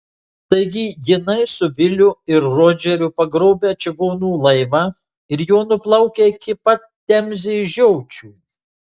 taigi jinai su viliu ir rodžeriu pagrobę čigonų laivą ir juo nuplaukę iki pat temzės žiočių